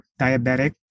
diabetic